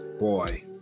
boy